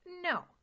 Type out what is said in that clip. No